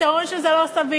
אתם אומרים שזה לא סביר.